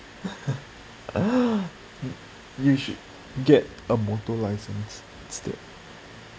you should get a motor license instead